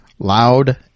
Loud